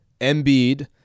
Embiid